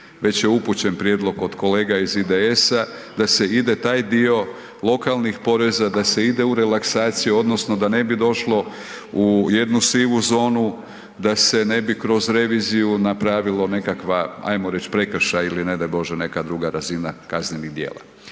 već je upućen prijedlog od kolega iz IDS-a, da se ide taj dio lokalnih poreza, da se ide u relaksaciju, odnosno da ne bi došlo u jednu sivu zonu, da ne bi kroz reviziju napravilo nekakva ajmo reći, prekršaj ili ne daj bože, neka druga razina kaznenih djela.